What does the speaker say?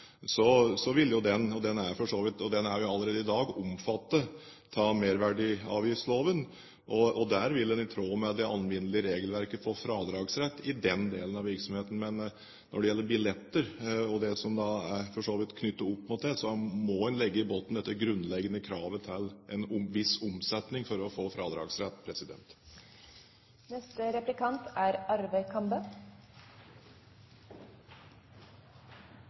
er den jo allerede i dag omfattet av merverdiavgiftsloven. Der vil en i tråd med det alminnelige regelverket få fradragsrett i den delen av virksomheten. Når det gjelder billetter, og det som for så vidt er knyttet opp mot det, må en legge i bunnen dette grunnleggende kravet om en viss omsetning for å få fradragsrett.